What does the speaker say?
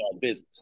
business